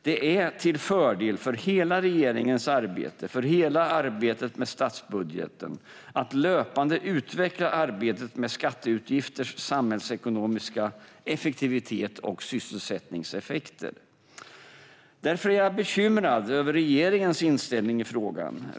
Det är till fördel för hela regeringens arbete, för hela arbetet med statsbudgeten, att löpande utveckla arbetet med skatteutgifters samhällsekonomiska effektivitet och sysselsättningseffekter. Därför är jag bekymrad över regeringens inställning i frågan.